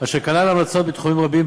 אשר כלל המלצות בתחומים רבים,